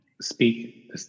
speak